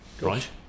right